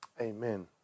Amen